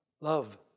love